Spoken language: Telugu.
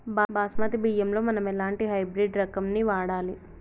బాస్మతి బియ్యంలో మనం ఎలాంటి హైబ్రిడ్ రకం ని వాడాలి?